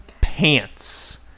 pants